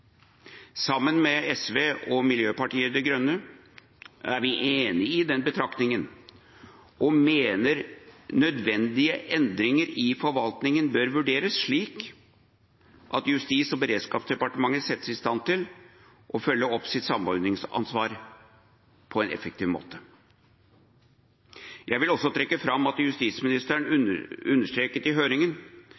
Sammen med SV og Miljøpartiet De Grønne er vi enig i den betraktningen og mener nødvendige endringer i forvaltningen bør vurderes slik at Justis- og beredskapsdepartementet settes i stand til å følge opp sitt samordningsansvar på en effektiv måte. Jeg vil også trekke fram at justisministeren understreket i høringen